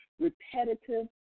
repetitive